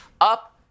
Up